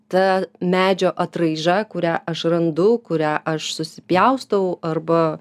ta medžio atraiža kurią aš randu kurią aš susipjaustau arba